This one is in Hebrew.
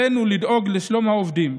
עלינו לדאוג לשלום העובדים,